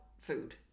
food